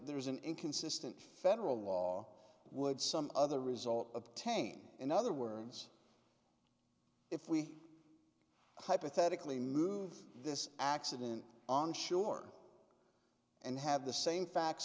there is an inconsistent federal law would some other result of tain in other words if we hypothetically move this accident onshore and have the same facts